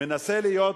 מנסה להיות,